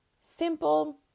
simple